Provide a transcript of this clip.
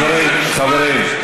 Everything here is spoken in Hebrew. חברים, חברים.